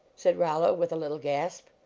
said rollo, with a little gasp.